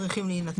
צריכים להינתן.